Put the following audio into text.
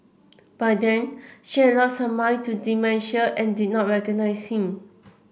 by then she had lost her mind to dementia and did not recognise him